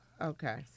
Okay